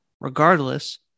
regardless